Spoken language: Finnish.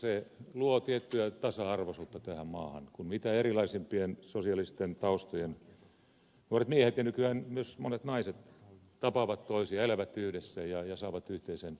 se luo tiettyä tasa arvoisuutta tähän maahan kun mitä erilaisimpien sosiaalisten taustojen nuoret miehet ja nykyään myös monet naiset tapaavat toisia elävät yhdessä ja saavat yhteisen kokemuksen